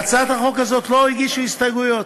להצעת החוק הזאת לא הגישו הסתייגויות,